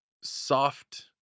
soft